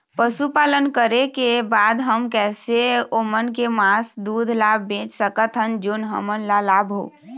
पशुपालन करें के बाद हम कैसे ओमन के मास, दूध ला बेच सकत हन जोन हमन ला लाभ हो?